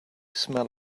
smell